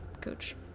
coach